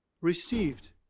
received